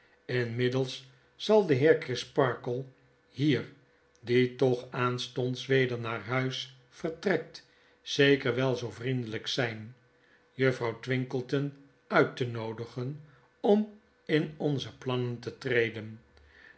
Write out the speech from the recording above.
inmiddels zal de heer crisparkle hier die toch aanstonds weder naar huis vertrekt zeker wel zoo vriendelyk zyn juffrouw twinkleton uit te noodigen om in onze plannen te treden